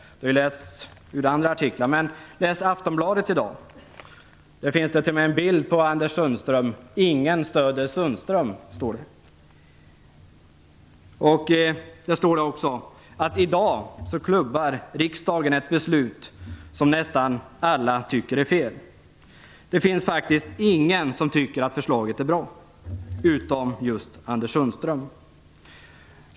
Där finns t.o.m. en bild på Anders Sundström, och under bilden står: Ingen stöder Sundström. Där står också att riksdagen i dag klubbar ett beslut som nästan alla tycker är fel. Det finns faktiskt ingen som tycker att förslaget är bra, utom just Anders Sundström.